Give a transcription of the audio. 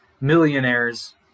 millionaires